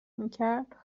میکرد